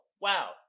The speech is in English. Wow